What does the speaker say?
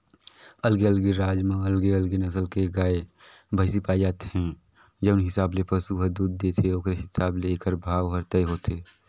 अलगे अलगे राज म अलगे अलगे नसल के गाय, भइसी पाए जाथे, जउन हिसाब ले पसु ह दूद देथे ओखरे हिसाब ले एखर भाव हर तय होथे